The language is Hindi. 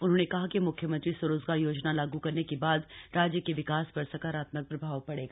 उन्होंने कहा कि मुख्यमंत्री स्वरोजगार योजना लागू करने के बाद राज्य के विकास पर सकारात्मक प्रभाव पड़ेगा